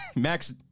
Max